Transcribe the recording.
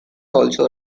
also